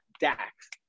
dax